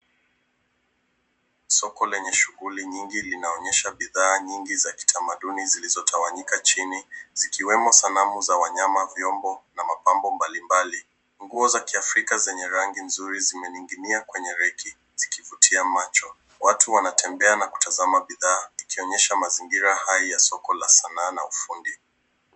Soko lenye shughuli nyingi linaonyesha bidhaa nyingi za kitamaduni zilizo tawanyika chini, zikiwemo sanamu za wanyama vyombo na mapambo mbalimbali. Nguo za kiafrika zenye rangi nzuri zimeninginia kwenye reki, zikivutia macho. Watu wanatembea na kutazama bidhaa ikionyesha mazingira haya ya soko la Sanaa za ufundi.